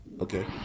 Okay